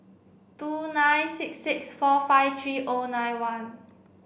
two nine six six four five three O nine one